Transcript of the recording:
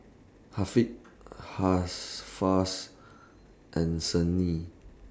Haziq Hafsa and Senin